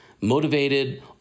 Motivated